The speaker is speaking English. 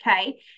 Okay